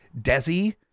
Desi